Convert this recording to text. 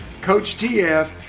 coachtf